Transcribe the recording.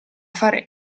fare